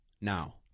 Now